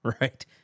right